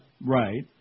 Right